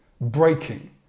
breaking